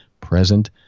present